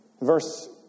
Verse